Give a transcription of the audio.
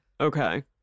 Okay